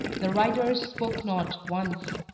the riders spoke not once.